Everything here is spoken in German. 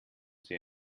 sie